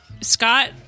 Scott